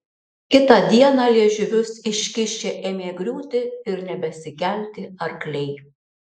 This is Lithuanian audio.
kitą dieną liežuvius iškišę ėmė griūti ir nebesikelti arkliai